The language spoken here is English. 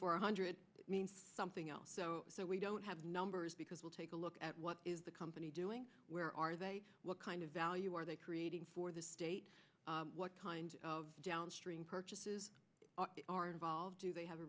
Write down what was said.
four hundred means something else so we don't have numbers because we'll take a look at what is the company doing where are they look kind of value are they creating for the state what kind of downstream purchases are involved do they have a